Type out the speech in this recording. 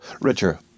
richer